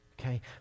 okay